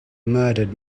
murdered